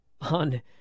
on